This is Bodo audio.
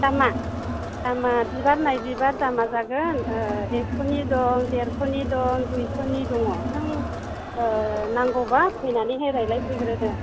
दामा दामा बिबार नायै बिबार दामा जागोन एक्स'नि दं देरस'नि दं दुइस'नि दङ नों नांगौबा फैनानैहाय रायलायफैग्रोदो